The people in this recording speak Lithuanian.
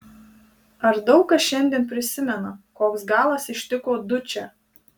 ar daug kas šiandien prisimena koks galas ištiko dučę